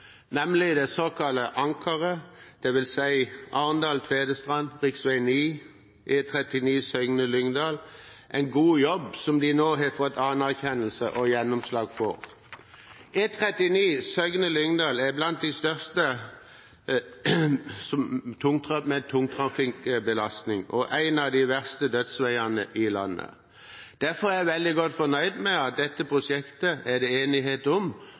nemlig det såkalte Ankeret, dvs. Arendal–Tvedestrand, rv. 9, E39 Søgne–Lyngdal – en god jobb, som de nå har fått anerkjennelse og gjennomslag for. E39 Søgne–Lyngdal er blant veiene med størst tungtrafikkbelastning og en av de verste dødsveiene i landet. Derfor er jeg veldig godt fornøyd med at det er enighet om